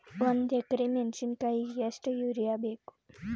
ಒಂದ್ ಎಕರಿ ಮೆಣಸಿಕಾಯಿಗಿ ಎಷ್ಟ ಯೂರಿಯಬೇಕು?